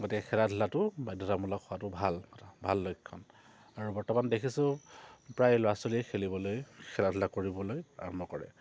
গতিকে খেলা ধূলাটো বাধ্যতামূলক হোৱাটো ভাল কথা ভাল লক্ষণ আৰু বৰ্তমান দেখিছোঁ প্ৰায় ল'ৰা ছোৱালীয়ে খেলিবলৈ খেলা ধূলা কৰিবলৈ আৰম্ভ কৰে